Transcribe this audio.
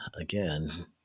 again